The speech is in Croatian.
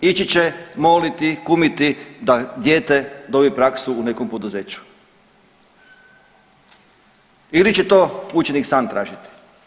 Ići će moliti, kumiti da dijete dobije praksu u nekom poduzeću ili će to učenik sam tražiti.